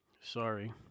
sorry